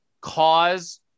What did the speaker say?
cause